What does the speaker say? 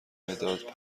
مداد